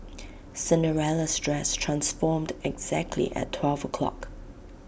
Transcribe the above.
Cinderella's dress transformed exactly at twelve o'clock